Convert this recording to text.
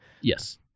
Yes